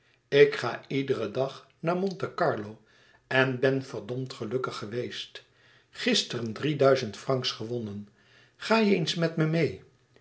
ik ga iederen dag naar monte carlo en ben verdmd gelukkig geweest gisteren drieduizend francs gewonnen ga je eens met me meê